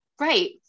Right